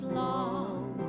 long